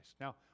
Now